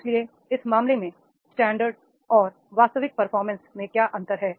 इसलिए इस मामले में स्टैंडर्ड और वास्तविक परफॉर्मेंस में क्या अंतर है